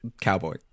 cowboy